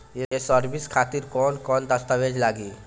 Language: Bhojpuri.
ये सर्विस खातिर कौन कौन दस्तावेज लगी?